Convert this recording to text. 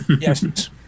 yes